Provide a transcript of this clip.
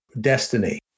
destiny